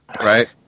right